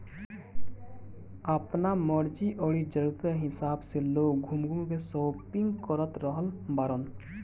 आपना मर्जी अउरी जरुरत के हिसाब से लोग घूम घूम के शापिंग कर रहल बाड़न